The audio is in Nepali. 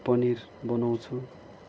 पनिर बनाउँछु